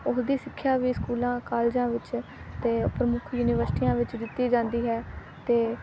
ਉਹਦੀ ਸਿੱਖਿਆ ਵੀ ਸਕੂਲਾਂ ਕਾਲਜਾਂ ਵਿੱਚ ਅਤੇ ਪ੍ਰਮੁੱਖ ਯੂਨੀਵਰਸਿਟੀਆਂ ਵਿੱਚ ਦਿੱਤੀ ਜਾਂਦੀ ਹੈ ਅਤੇ